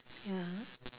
ya